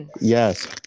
Yes